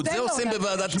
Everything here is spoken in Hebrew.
את זה עושים בוועדת כספים.